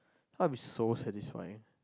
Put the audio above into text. I'm so satisfying